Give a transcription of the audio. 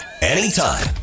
anytime